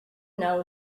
know